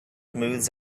smooths